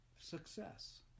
success